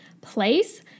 place